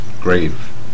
grave